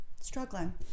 struggling